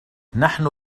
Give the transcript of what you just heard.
نحن